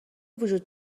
وجود